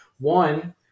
One